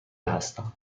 هستم